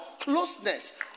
Closeness